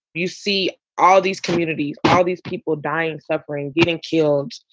you see all these community, all these people dying, suffering, getting killed,